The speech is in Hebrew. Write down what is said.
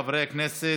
חברי הכנסת.